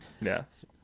Yes